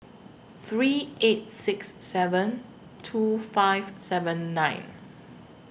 three eight six seven two five seven nine